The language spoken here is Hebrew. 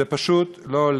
זה פשוט לא הולך.